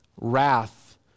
wrath